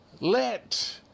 let